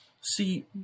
See